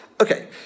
Okay